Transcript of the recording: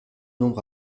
nombre